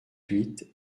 huit